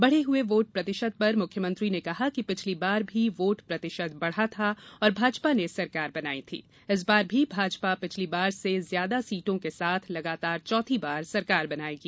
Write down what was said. बढ़े हुए वोट प्रतिशत पर मुख्यमंत्री ने कहा कि पिछली बार भी वोट प्रतिशत बढ़ा था और भाजपा ने सरकार बनाई थी इस बार भी भाजपा पिछली बार से ज्यादा सीटों के साथ लगातार चौथी बार सरकार बनायेगी